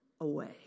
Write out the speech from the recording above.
away